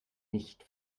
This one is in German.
nicht